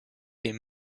est